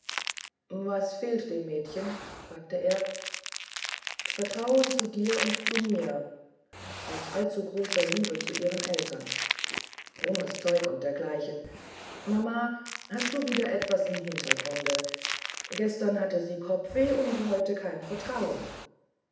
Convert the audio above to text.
was fehlt dem mädchen fragte er vertrauen zu dir und mir aus allzugroßer liebe zu ihren eltern krummes zeug und dergleichen mama du hast wieder etwas im hintergrunde gestern hatte sie kopfweh und heute kein vertrauen